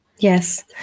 Yes